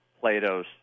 Plato's